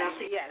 yes